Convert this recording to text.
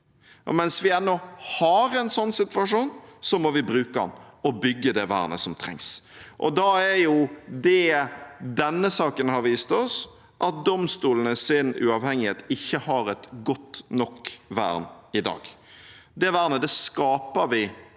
Mens vi ennå har en sånn situasjon, må vi bruke den og bygge det vernet som trengs. Det denne saken har vist oss, er at domstolenes uavhengighet ikke har et godt nok vern i dag. Det vernet skaper vi